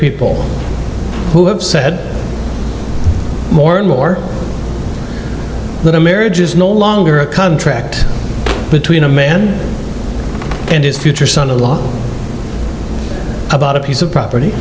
people who have said more and more that a marriage is no longer a contract between a man and his future son in law about a piece of property